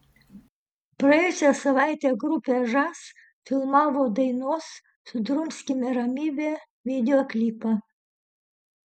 praėjusią savaitę grupė žas filmavo dainos sudrumskime ramybę videoklipą